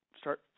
start